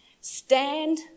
Stand